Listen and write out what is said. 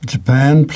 Japan